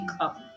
up